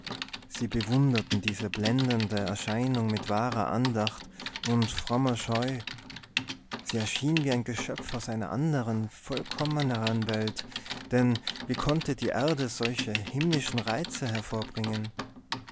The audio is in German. sie bewunderten diese blendende erscheinung mit wahrer andacht und frommer scheu sie erschien wie ein geschöpf aus einer andern vollkommeneren welt denn wie konnte die erde solche himmlische reize hervorbringen